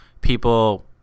People